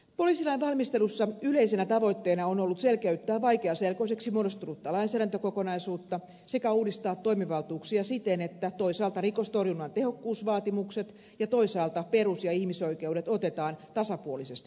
poliisilain valmistelussa yleisenä tavoitteena on ollut selkeyttää vaikeaselkoiseksi muodostunutta lainsäädäntökokonaisuutta sekä uudistaa toimivaltuuksia siten että toisaalta rikostorjunnan tehokkuusvaatimukset ja toisaalta perus ja ihmisoikeudet otetaan tasapuolisesti huomioon